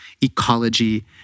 ecology